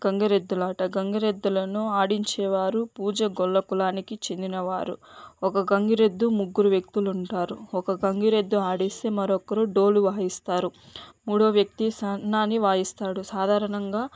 గంగిరెద్దులాట గంగిరెద్దులను ఆడించే వారు పూజ గొల్ల కులానికి చెందిన వారు ఒక గంగిరెద్దు ముగ్గురు వ్యక్తులు ఉంటారు ఒక్కరు గంగిరెద్దు ఆడిస్తే మరొకరు డోలు వాయిస్తారు మూడో వ్యక్తి సన్నాని వాయిస్తాడు సాధారణంగా